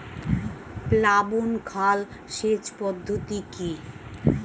প্লাবন খাল সেচ পদ্ধতি কি?